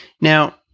Now